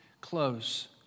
close